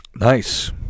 nice